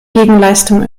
gegenleistung